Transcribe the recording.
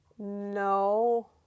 No